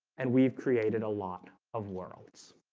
and we've created a lot of worlds